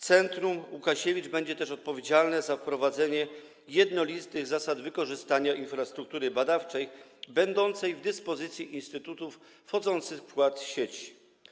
Centrum Łukasiewicz będzie też odpowiedzialne za wprowadzenie jednolitych zasad wykorzystania infrastruktury badawczej będącej w dyspozycji instytutów wchodzących w skład sieci.